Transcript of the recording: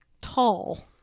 tall